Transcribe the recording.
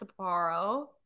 Sapporo